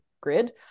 grid